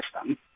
system